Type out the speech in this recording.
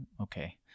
okay